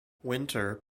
winter